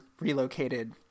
relocated